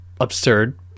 absurd